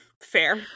fair